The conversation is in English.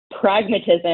pragmatism